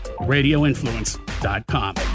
RadioInfluence.com